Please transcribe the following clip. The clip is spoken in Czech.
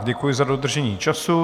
Děkuji za dodržení času.